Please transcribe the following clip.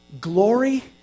glory